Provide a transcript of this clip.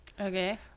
okay